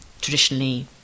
traditionally